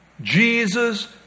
Jesus